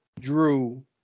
Drew